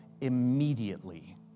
immediately